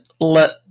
let